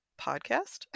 podcast